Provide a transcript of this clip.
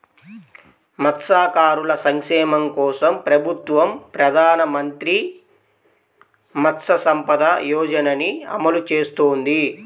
మత్స్యకారుల సంక్షేమం కోసం ప్రభుత్వం ప్రధాన మంత్రి మత్స్య సంపద యోజనని అమలు చేస్తోంది